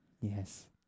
Yes